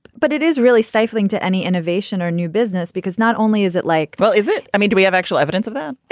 but it is really stifling to any innovation or new business because not only is it like, well, is it? i mean, do we have actual evidence of that?